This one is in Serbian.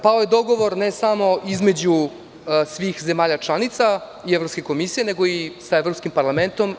Pao je dogovor ne samo između svih zemalja članica i Evropske komisije, nego i sa Evropskim parlamentom.